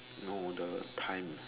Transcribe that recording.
no the time